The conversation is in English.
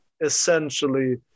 essentially